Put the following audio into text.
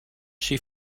she